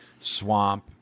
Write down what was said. swamp